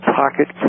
pocket